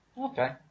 Okay